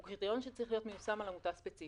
הוא קריטריון שצריך להיות מיושם על עמותה ספציפית